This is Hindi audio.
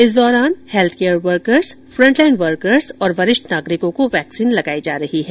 इस दौरान हैल्थ और फ्रंट लाइन वर्कर्स तथा वरिष्ठ नागरिकों को वैक्सीन लगाई जा रही है